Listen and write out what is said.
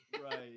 Right